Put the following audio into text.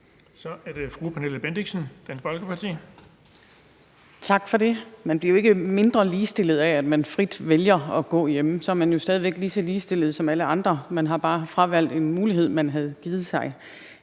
Kl. 18:20 Pernille Bendixen (DF): Tak for det. Man bliver jo ikke mindre ligestillet af, at man frit vælger at gå hjemme. Så er man jo stadig væk lige så ligestillet som alle andre; man har bare fravalgt en mulighed, man havde givet sig.